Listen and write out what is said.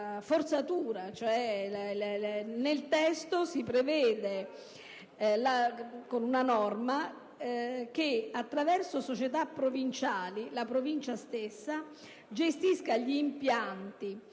nel testo, prevedendosi con una norma che, attraverso società provinciali, la Provincia stessa gestisca gli impianti,